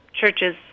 churches